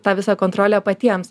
tą visą kontrolę patiems